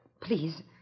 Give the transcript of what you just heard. Please